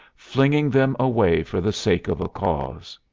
flinging them away for the sake of a cause.